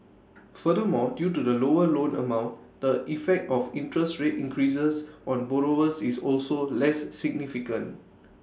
furthermore due to the lower loan amount the effect of interest rate increases on borrowers is also less significant